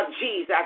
Jesus